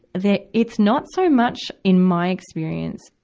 that, it's not so much in my experience,